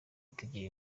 tugira